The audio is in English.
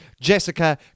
Jessica